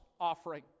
offering